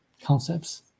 concepts